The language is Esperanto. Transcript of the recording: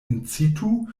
incitu